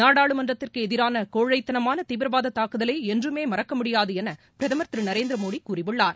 நாடாளுமன்றத்திற்கு எதிரான கோழைத்தனமான தீவிரவாத தாக்குதலை என்றுமே மறக்க முடியாது என பிரதமர் திரு நரேந்திர்மோடி கூறியுள்ளார்